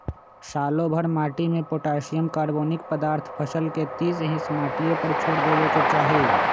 सालोभर माटिमें potassium, carbonic पदार्थ फसल के तीस हिस माटिए पर छोर देबेके चाही